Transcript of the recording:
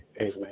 Amen